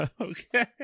okay